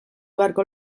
beharko